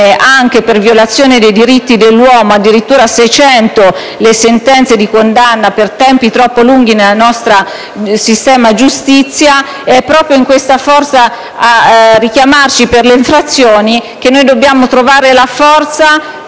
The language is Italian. anche per violazione dei diritti dell'uomo; sono addirittura 600 le sentenze di condanna per i tempi troppo lunghi del nostro sistema giustizia. È proprio per questo continuo richiamo alle infrazioni che dobbiamo trovare la forza